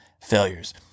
failures